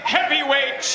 Heavyweight